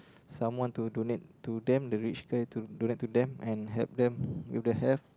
someone to donate to them the rich guy to donate to them and help them with their health